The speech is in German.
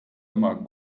immer